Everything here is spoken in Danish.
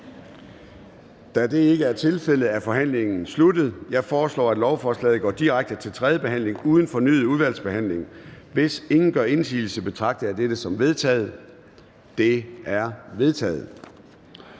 Da det ikke er tilfældet, er forhandlingen sluttet. Jeg foreslår, at lovforslaget går direkte til tredje behandling uden fornyet udvalgsbehandling. Hvis ingen gør indsigelse, betragter jeg dette som vedtaget. Det er vedtaget.